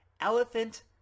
Elephant